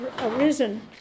arisen